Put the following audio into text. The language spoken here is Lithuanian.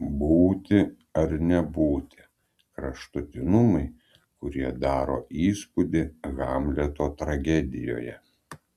būti ar nebūti kraštutinumai kurie daro įspūdį hamleto tragedijoje